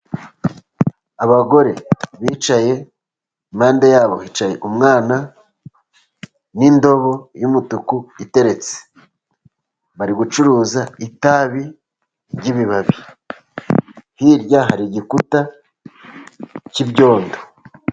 Abagore bicaye impande yabo hicaye umwana, n'indobo y'umutuku iteretse, bari gucuruza itabi ry'ibibabi. Hirya hari igikuta cy'ibyondo.